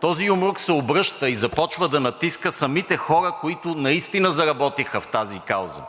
този юмрук се обръща и започва да натиска самите хора, които наистина заработиха в тази кауза.